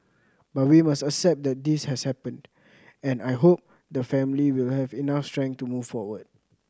but we must accept that this has happened and I hope the family will have enough strength to move forward